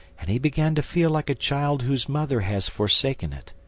and he began to feel like a child whose mother has forsaken it.